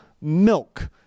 milk